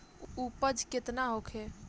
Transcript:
उपज केतना होखे?